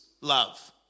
love